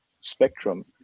spectrum